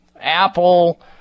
Apple